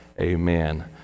Amen